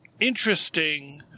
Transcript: interesting